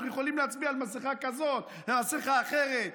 אנחנו יכולים להצביע על מסכה כזאת, נעשה אחרת.